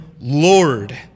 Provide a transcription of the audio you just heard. Lord